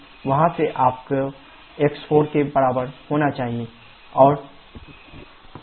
Pc वहाँ से आपके x4के बराबर होना चाहिए x4s4 sf